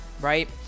right